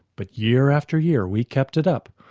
but year after year we kept it up,